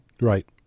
Right